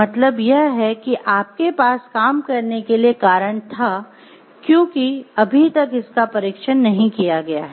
मतलब यह है कि आपके पास काम करने के लिए कारण था क्योंकि अभी तक इसका परीक्षण नहीं किया है